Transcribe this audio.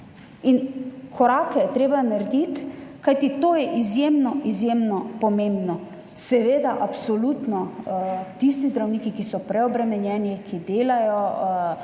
Korake je treba narediti, kajti to je izjemno, izjemno pomembno. Absolutno, tisti zdravniki, ki so preobremenjeni, ki delajo